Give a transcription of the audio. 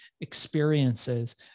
experiences